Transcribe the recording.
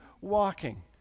walking